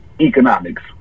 economics